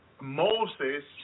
Moses